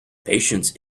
patience